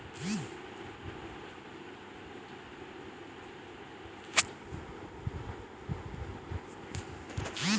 वित्त केर स्रोतमे सबसे पैघ स्रोत कार्पोरेट वित्तक क्षेत्रकेँ मानल जाइत छै